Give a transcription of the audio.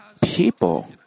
people